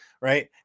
Right